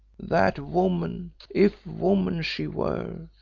that woman, if woman she were,